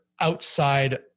outside